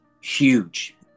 huge